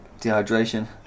dehydration